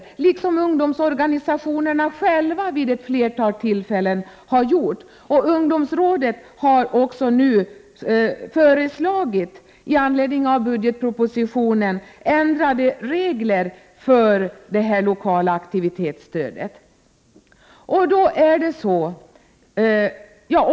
Detta har även ungdomsorganisationerna själva gjort vid ett flertal tillfällen. Ungdomsrådet har med anledning av budgetpropositionen föreslagit ändrade regler för det lokala aktivitetsstödet.